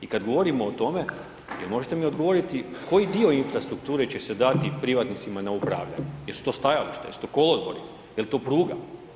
I kada govorimo o tome, možete li mi odgovoriti, koji dio infrastrukture, će se dati privatnicima na upravljanje, jesu to stajališta, jesu to kolodvori, jel to pruga?